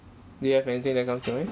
do you have anything that comes to mind